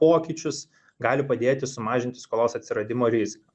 pokyčius gali padėti sumažinti skolos atsiradimo riziką